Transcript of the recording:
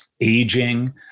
aging